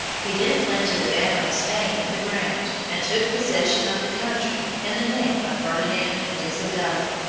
he then planted the banner of spain in the ground and took possession of the country in the name of ferdinand and isabella.